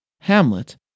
Hamlet